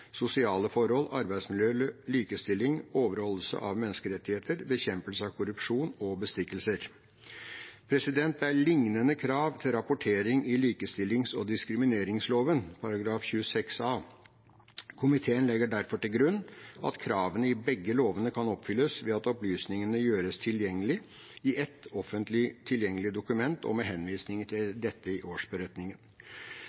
sosiale forhold, arbeidsmiljø, likestilling, overholdelse av menneskerettigheter, bekjempelse av korrupsjon og bestikkelser. Det er liknende krav til rapportering i likestillings- og diskrimineringsloven § 26 a. Komiteen legger derfor til grunn at kravene i begge lovene kan oppfylles ved at opplysningene gjøres tilgjengelig i ett offentlig tilgjengelig dokument og med henvisninger til